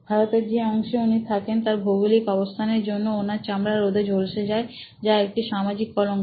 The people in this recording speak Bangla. ভারতের যে অংশে উনি থাকেন তার ভৌগোলিক অবস্থানের জন্য ওনার চামড়া রোদে ঝলসে যায় যা একটা সামাজিক কলঙ্ক